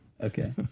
Okay